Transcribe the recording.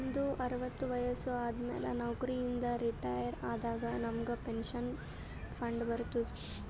ನಮ್ದು ಅರವತ್ತು ವಯಸ್ಸು ಆದಮ್ಯಾಲ ನೌಕರಿ ಇಂದ ರಿಟೈರ್ ಆದಾಗ ನಮುಗ್ ಪೆನ್ಷನ್ ಫಂಡ್ ಬರ್ತುದ್